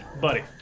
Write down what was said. Buddy